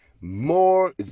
more